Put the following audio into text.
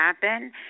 happen